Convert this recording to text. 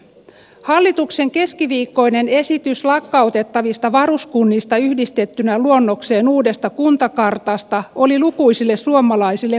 hallituksen keskiviikkoinen esitys lakkautettavista varuskunnista yhdistettynä luonnokseen uudesta kuntakartasta oli lukuisille suomalaisille musta hetki